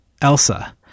Elsa